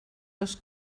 dos